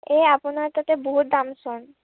এই আপোনাৰ তাতে বহুত দামচোন